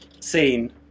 seen